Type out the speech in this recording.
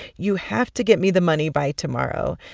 you have to get me the money by tomorrow,